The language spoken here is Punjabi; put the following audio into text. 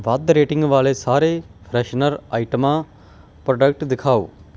ਵੱਧ ਰੇਟਿੰਗ ਵਾਲੇ ਸਾਰੇ ਫਰੈਸ਼ਨਰ ਆਈਟਮਾਂ ਪ੍ਰੋਡਕਟ ਦਿਖਾਓ